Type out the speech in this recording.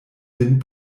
vin